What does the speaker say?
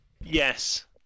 Yes